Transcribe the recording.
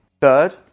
Third